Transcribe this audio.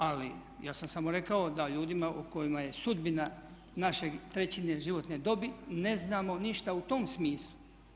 Ali ja sam samo rekao da ljudima kojima je sudbina naše 3. životne dobi ne znamo ništa u tom smislu.